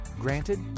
Granted